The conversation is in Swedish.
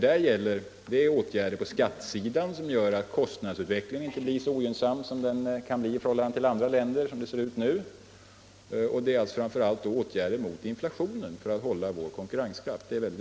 Där gäller det åtgärder på skattesidan som gör att kostnadsutvecklingen inte blir så ogynnsam som den nu ser ut att bli i förhållande till andra länders. Det gäller framför allt att sätta in åtgärder mot inflationen för att upprätthålla vår konkurrenskraft.